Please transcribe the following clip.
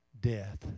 death